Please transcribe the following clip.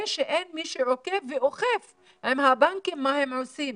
שאין מי שעוקב ואוכף עם הבנקים מה הם עושים.